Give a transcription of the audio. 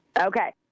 Okay